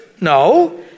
No